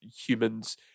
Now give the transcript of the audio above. humans